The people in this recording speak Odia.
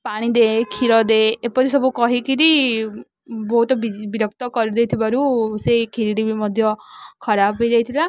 ପାଣି ଦେ ଖିର ଦେ ଏପରି ସବୁ କହିକିରି ବହୁତ ବିରକ୍ତ କରିଦେଇଥିବାରୁ ସେଇ ଖିରିଟି ବି ମଧ୍ୟ ଖରାପ ହେଇଯାଇଥିଲା